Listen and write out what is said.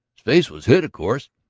his face was hid, of course.